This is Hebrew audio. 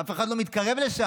אף אחד לא מתקרב לשם.